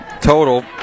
total